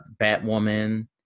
Batwoman